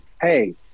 Hey